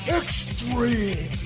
extreme